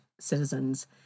citizens